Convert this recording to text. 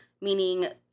meaning